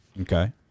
okay